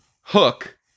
Hook